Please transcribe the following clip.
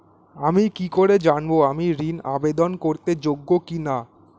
আমি কি করে জানব আমি ঋন আবেদন করতে যোগ্য কি না?